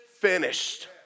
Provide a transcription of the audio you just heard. finished